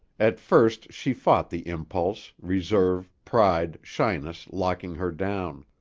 at first she fought the impulse, reserve, pride, shyness locking her down,